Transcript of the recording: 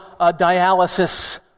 dialysis